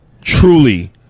truly